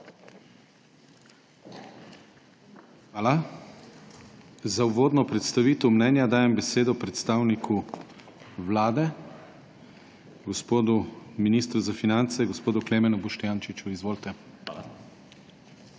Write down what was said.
Hvala. Za uvodno predstavitev mnenja dajem besedo predstavniku Vlade ministru za finance gospodu Klemenu Boštjančiču. Izvolite. KLEMEN